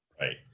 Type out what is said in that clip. Right